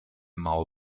mao